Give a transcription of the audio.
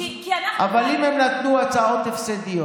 אבל אם הם נתנו הצעות הפסדיות,